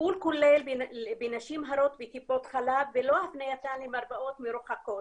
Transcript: טיפול כולל בנשים הרות בטיפות חלב ולא הפנייתן למרפאות מרוחקות.